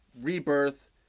rebirth